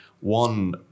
one